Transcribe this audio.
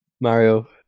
Mario